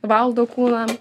valdo kūną